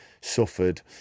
suffered